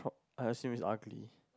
I assume it's ugly